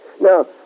Now